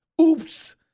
Oops